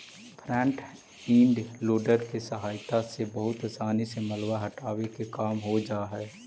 front end loader के सहायता से बहुत असानी से मलबा हटावे के काम हो जा हई